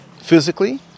physically